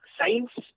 science